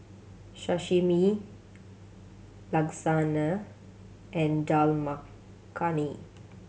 Sashimi Lasagne and Dal Makhani